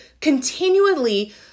continually